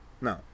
No